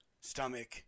stomach